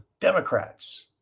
Democrats